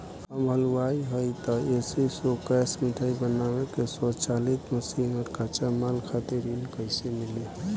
हम हलुवाई हईं त ए.सी शो कैशमिठाई बनावे के स्वचालित मशीन और कच्चा माल खातिर ऋण कइसे मिली?